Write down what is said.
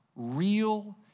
real